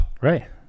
Right